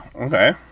okay